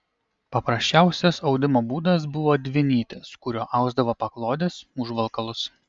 paprasčiausias audimo būdas buvo dvinytis kuriuo ausdavo paklodes užvalkalus